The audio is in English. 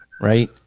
Right